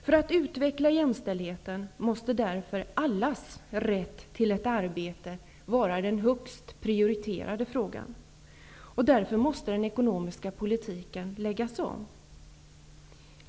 För att utveckla jämställdheten måste därför allas rätt till ett arbete vara den högst prioriterade frågan. Därför måste den ekonomiska politiken läggas om.